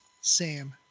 Sam